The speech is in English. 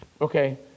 Okay